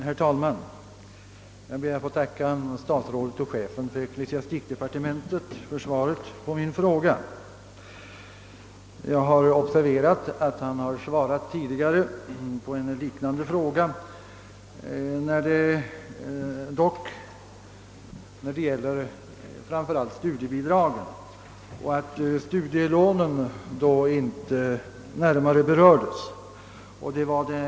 Herr talman! Jag ber att få tacka statsrådet och chefen för ecklesiastikdepartementet för svaret på min fråga. Jag har observerat att ecklesiastikministern svarat tidigare på en liknande fråga men att det då framför allt gällde studiebidragen. Studielånen berördes ej den gången.